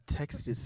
texted